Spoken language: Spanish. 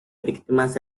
víctimas